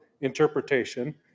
interpretation